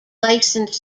licensed